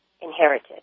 inherited